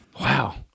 Wow